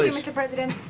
ah mr. president,